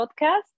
podcast